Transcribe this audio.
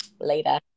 Later